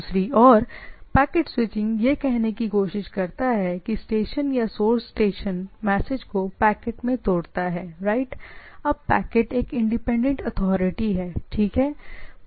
दूसरी ओर packet switching यह कहने की कोशिश करता है कि स्टेशन या सोर्स स्टेशन मैसेज को पैकेट में तोड़ता है राइट आमतौर पर पैकेट के छोटे टुकड़े अब पैकेट एक इंडिपेंडेंट अथॉरिटी हैं ठीक है